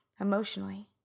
emotionally